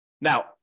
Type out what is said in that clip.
Now